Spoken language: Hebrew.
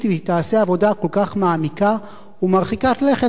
והיא תעשה עבודה כל כך מעמיקה ומרחיקת לכת.